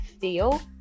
feel